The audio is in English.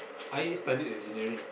I studied engineering